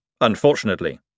unfortunately